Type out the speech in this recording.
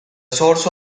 source